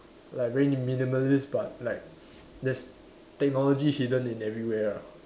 like very minimalist but like there's technology hidden in everywhere ah